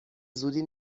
زودی